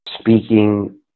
speaking